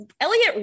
Elliot